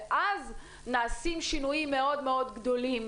ואז נעשים שינויים מאוד מאוד גדולים